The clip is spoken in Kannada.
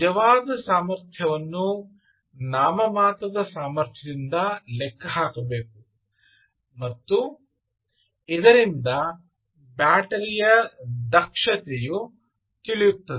ನಿಜವಾದ ಸಾಮರ್ಥ್ಯವನ್ನು ನಾಮಮಾತ್ರದ ಸಾಮರ್ಥ್ಯದಿಂದ ಲೆಕ್ಕಹಾಕಬೇಕು ಮತ್ತು ಇದರಿಂದ ಬ್ಯಾಟರಿಯ ದಕ್ಷತೆಯು ತಿಳಿಯುತ್ತದೆ